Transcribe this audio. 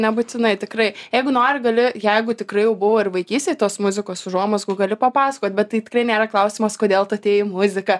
nebūtinai tikrai jeigu nori gali jeigu tikrai jau buvo ir vaikystėj tos muzikos užuomazgų gali papasakot bet tai tikrai nėra klausimas kodėl tu atėjai į muziką